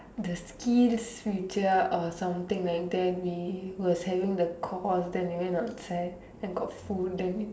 the skills future or something like that we was having the call then we went outside then got food then